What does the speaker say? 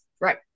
Right